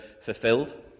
fulfilled